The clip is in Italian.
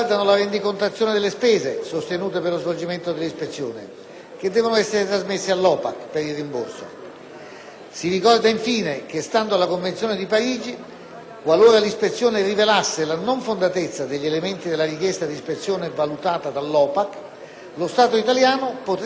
Si ricorda infine che, secondo la Convenzione Parigi, qualora l'ispezione rivelasse la non fondatezza degli elementi della richiesta di ispezione valutata dall'OPAC, lo Stato italiano potrebbe ottenere dall'Organizzazione per la proibizione delle armi chimiche stessa il rimborso delle spese sostenute durante la procedura.